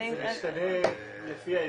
--- זה משתנה לפי האזור.